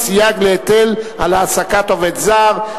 סייג להיטל על העסקת עובד זר).